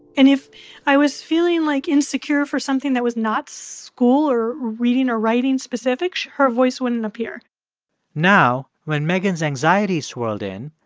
and if i was feeling, like, insecure for something that was not school or reading or writing-specific, her voice wouldn't appear now when megan's anxiety swirled in,